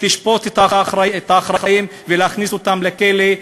תשפוט את האחראים ותכניס אותם לכלא,